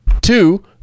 Two